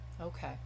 Okay